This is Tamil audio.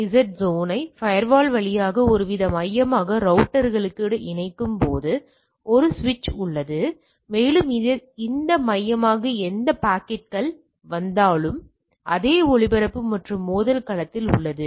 ஜெட் சோன் ஐ ஃபயர்வால் வழியாக ஒருவித மையமாக ரௌட்டர்ஸ்க்கு இணைக்கும் ஒரு சுவிட்ச் உள்ளது மேலும் இந்த மையமாக எந்த பாக்கெட்டுகள் மையமாக வந்தாலும் அது அதே ஒளிபரப்பு மற்றும் மோதல் களத்தில் உள்ளது